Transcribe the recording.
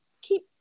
keep